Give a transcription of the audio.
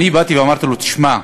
אני באתי ואמרתי לו: תשמע,